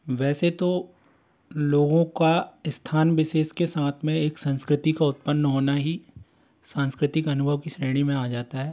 वैसे तो लोगों का स्थान विशेष के साथ में एक संस्कृति का उत्पन्न होना ही सांस्कृतिक अनुभव की श्रेणी में आ जाता है